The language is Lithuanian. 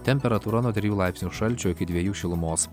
temperatūra nuo trijų laipsnių šalčio iki dviejų šilumos